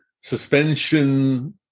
suspension